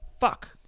fuck